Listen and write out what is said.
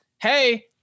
Hey